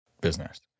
business